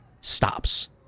stops